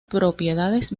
propiedades